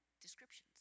descriptions